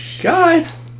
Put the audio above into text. guys